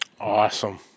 Awesome